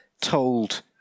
told